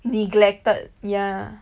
neglected yeah